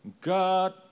God